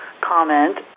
comment